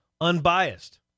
Unbiased